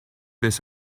this